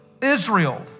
Israel